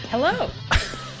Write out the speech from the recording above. hello